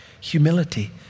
Humility